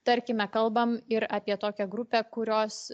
tarkime kalbam ir apie tokią grupę kurios